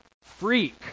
freak